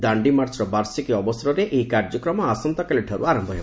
ଦାଣ୍ଡି ମାର୍ଚ୍ଚର ବାର୍ଷିକୀ ଅବସରରେ ଏହି କାର୍ଯ୍ୟକ୍ରମ ଆସନ୍ତାକାଲିଠାରୁ ଆରମ୍ଭ ହେବ